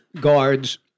guards